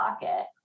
pocket